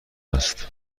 است